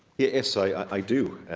yes, i i do.